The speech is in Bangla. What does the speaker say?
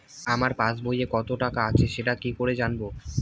আমার পাসবইয়ে কত টাকা আছে সেটা কি করে জানবো?